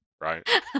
right